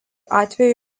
atveju